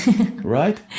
right